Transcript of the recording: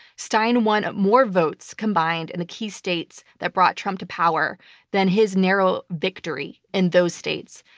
stein won more votes combined in the key states that brought trump to power than his narrow victory in those states,